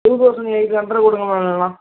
two thousand eight hundred கொடுங்க madam இல்லைனா